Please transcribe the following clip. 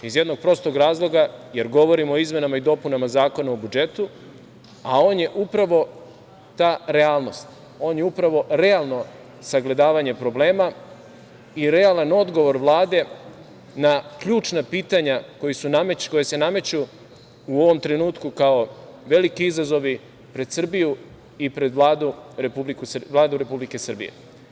Iz jednog prostog razloga, jer govorimo o izmenama i dopunama Zakona o budžetu, a on je upravo ta realnost, oni upravo realno sagledavanje problema i realan odgovor Vlade na ključna pitanja koja se nameću u ovom trenutku kao veliki izazovi pred Srbiju i pred Vladu Republike Srbije.